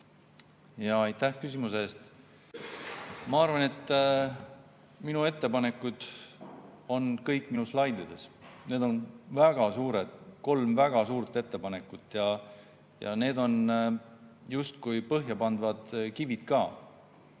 Aitäh küsimuse eest! Ma arvan, et minu ettepanekud on kõik minu slaididel. Need on kolm väga suurt ettepanekut ja need on justkui põhja pandavad kivid ka.